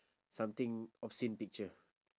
something obscene picture